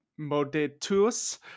Modetus